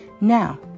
Now